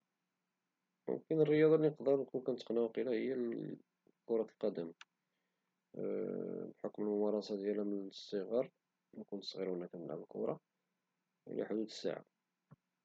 امكن الرياضة اللي نكون كنتقنها واقيلا هي كرة القدم بحكم الممارسة ديالها من الصغر مني كنت صغير وانا كلعب الكرة لحدود الساعة